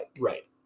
Right